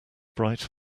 bright